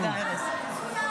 אתה מנהל ישיבה?